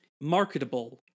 Marketable